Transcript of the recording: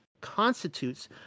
constitutes